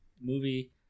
movie